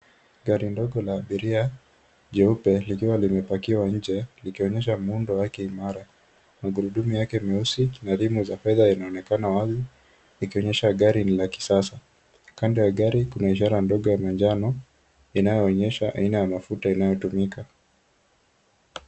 Gari ndogo la abiria jeupe likiwa limepakiwa nje likionyesha muundo wake imara. Magurudumu yake meusi na rimu za fedha inaonekana wazi ikionyesha gari ni la kisasa. Kando ya gari kuna ishara ndogo ya manjano inayoonyesha aina ya mafuta inayotumika.